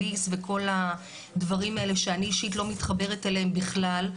וכל הדברים האלה שאני אישית לא מתחברת אליהם בכלל.